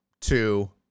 two